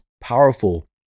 powerful